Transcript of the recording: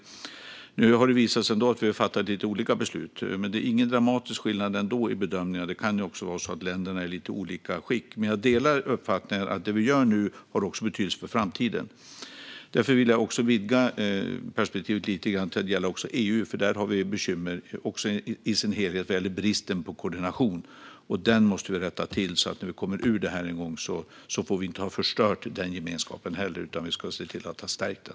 Nu har det visat sig att vi har fattat lite olika beslut. Men det är ändå ingen dramatisk skillnad i bedömningarna, och det kan ju också vara så att länderna är i lite olika skick. Jag delar dock uppfattningen att det vi gör nu också har betydelse för framtiden. Därför vill jag vidga perspektivet lite till att också gälla EU. Där har vi bekymmer när det gäller bristen på koordination. Det måste vi rätta till så att vi, när vi någon gång kommer ur detta, inte har förstört den gemenskapen utan har sett till att stärka den.